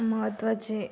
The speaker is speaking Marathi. महत्वाचे